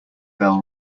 bell